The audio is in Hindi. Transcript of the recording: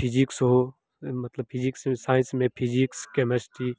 फिजिक्स हो मतलब फिजिक्स साइंस में फिजिक्स केमिस्ट्री